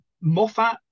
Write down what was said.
Moffat